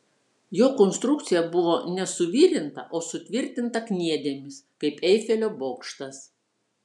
jo konstrukcija buvo ne suvirinta o sutvirtinta kniedėmis kaip eifelio bokštas